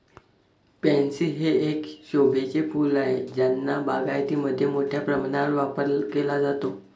pansy हे एक शोभेचे फूल आहे ज्याचा बागायतीमध्ये मोठ्या प्रमाणावर वापर केला जातो